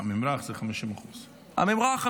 50%. הממרח זה 50%. הממרח,